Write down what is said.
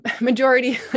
majority